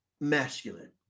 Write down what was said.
masculine